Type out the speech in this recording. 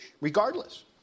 regardless